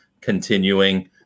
continuing